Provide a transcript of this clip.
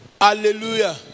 Hallelujah